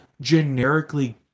generically